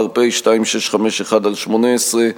פ/2651/18,